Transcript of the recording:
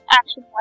action